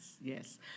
yes